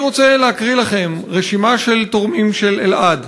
אני רוצה להקריא לכם רשימה של תורמים לאלע"ד.